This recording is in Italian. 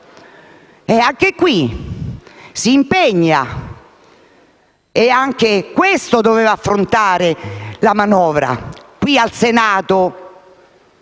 Anche qui si impegna e anche questo doveva affrontare la manovra al Senato.